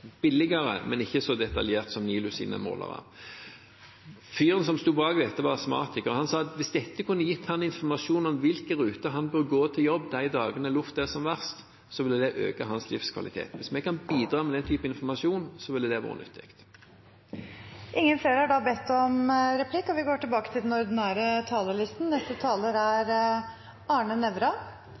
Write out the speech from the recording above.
billigere, men ikke fullt så detaljert som NILUs målere. Fyren som sto bak dette, var astmatiker, og han sa at hvis dette kunne gitt ham informasjon om hvilke ruter han burde gå til jobb på de dagene luften er som verst, ville det øke hans livskvalitet. Hvis vi kan bidra med den typen informasjon, ville det vært nyttig. Replikkordskiftet er omme. De talere som heretter får ordet, har en taletid på inntil 3 minutter. Jeg registrerer som saksordfører at det er stor enighet i salen om